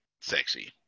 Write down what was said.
sexy